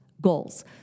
goals